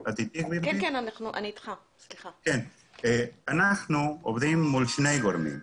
לנו לצאת להפרטה של --- התחלנו לעבוד עם חברת מילגם,